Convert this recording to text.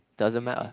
doesn't matter